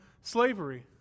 slavery